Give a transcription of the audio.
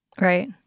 Right